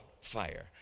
fire